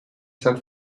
san